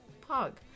pug